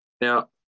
Now